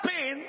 pain